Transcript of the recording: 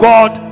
God